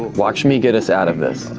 watch me get us out of this.